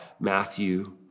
Matthew